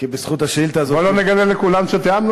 אתה מבין מה המשמעות של רציפות כהונה של שר?